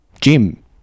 Jim